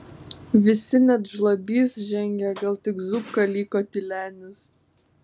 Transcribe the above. visi net žlabys žengė gal tik zupka liko tylenis